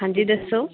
ਹਾਂਜੀ ਦੱਸੋ